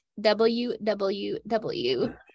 www